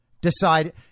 decide